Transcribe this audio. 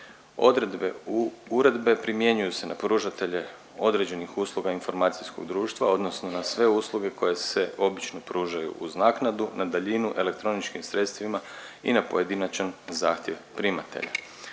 Odredbe uredbe primjenjuju se ne pružatelje određenih usluga informacijskog društva odnosno na sve usluge koje se obično pružaju uz naknadu na daljinu elektroničkim sredstvima i na pojedinačan zahtjev primatelja.